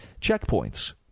checkpoints